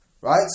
Right